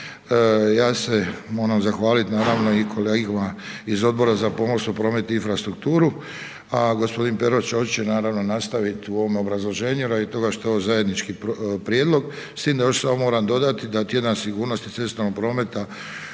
Ja se moram zahvaliti i kolegama iz Odbora za pomorstvo, promet i infrastrukturu, a gospodin Pero Ćosić će nastaviti u ovom obrazloženju radi toga što je ovo zajednički prijedlog. S tim da još samo moram dodati da tjedan sigurnosti cestovnog prometa